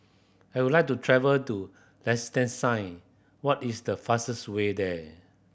I would like to travel to Liechtenstein what is the fastest way there